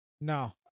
No